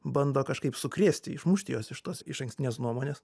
bando kažkaip sukrėsti išmušti juos iš tos išankstinės nuomonės